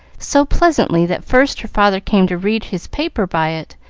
so pleasantly that first her father came to read his paper by it,